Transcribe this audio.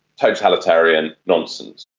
totalitarian nonsense.